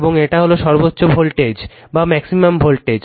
এবং এটা হলো সর্বোচ্চ ভোল্টেজ